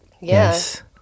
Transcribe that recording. Yes